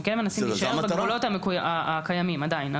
אנחנו כן מנסים להישאר בגבולות הקיימים עדיין.